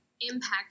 impact